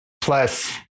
plus